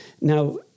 Now